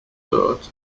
thought